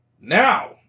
Now